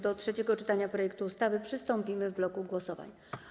Do trzeciego czytania projektu ustawy przystąpimy w bloku głosowań.